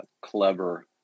clever